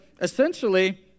essentially